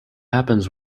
happens